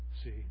See